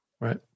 Right